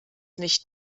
nicht